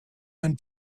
end